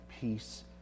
peace